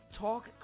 Talk